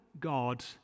God